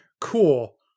cool